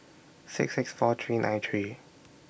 six six four three nine three